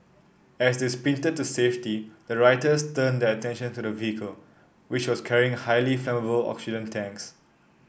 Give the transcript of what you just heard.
as they sprinted to safety the rioters turned their attention to the vehicle which was carrying highly flammable oxygen tanks